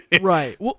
Right